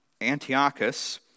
Antiochus